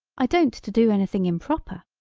i don't to do anything improper.